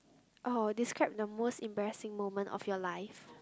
oh describe the most embarrassing moment of your life